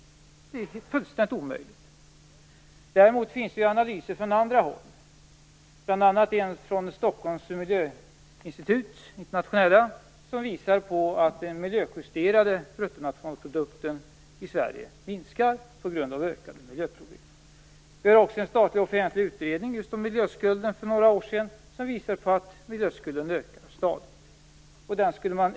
Det är fullständigt omöjligt. Däremot finns det analyser från andra håll, bl.a. en från Stockholms internationella miljöinstitut som visar att den miljöjusterade bruttonationalprodukten i Sverige minskar på grund av ökade miljöproblem. För några år sedan kom också en statlig offentlig utredning just om miljöskulden. Den visar att miljöskulden stadigt ökar.